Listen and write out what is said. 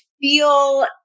feel